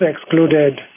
excluded